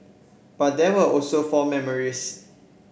but there were also fond memories